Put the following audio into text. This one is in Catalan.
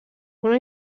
una